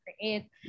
create